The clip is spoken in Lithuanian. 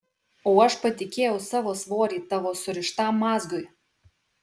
o aš patikėjau savo svorį tavo surištam mazgui